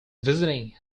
visiting